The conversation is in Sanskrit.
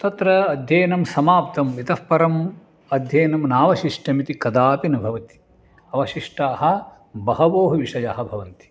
तत्र अध्ययनं समाप्तम् इतः परम् अध्ययनं नावशिष्टम् इति कदापि न भवति अवशिष्टाः बहवो हि विषयाः भवन्ति